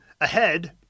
ahead